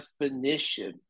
definition